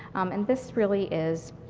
um and this really is